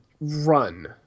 run